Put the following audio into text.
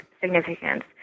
significance